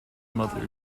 mother